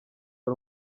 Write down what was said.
ari